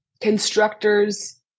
constructors